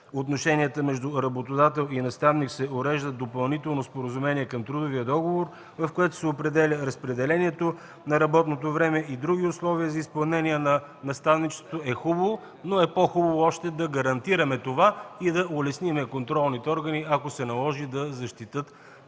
отношенията между работодател и наставник се уреждат в допълнително споразумение към трудовия договор, в който се определя разпределението на работното време и други условия за изпълнение на наставничеството, е хубаво, но е по-хубаво още да гарантираме това и да улесним контролните органи, ако се наложи да защитят правата